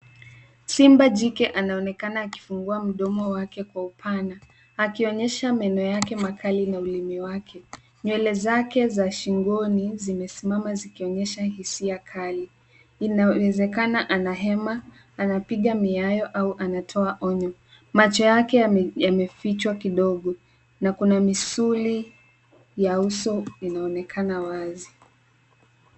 Simba jike anaonekana akifungua mdomo wake kwa upana, akionyesha meno yake makali na ulimi wake. Nywele zake za shingoni zimesimama zikionyesha hisia kali. Inawezekana ana hema, anapiga miayo au anatoa onyo. Macho yake yamefichwa kidogo na kuna misuli ya uso inaonekana wazi.